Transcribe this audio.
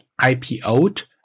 IPO'd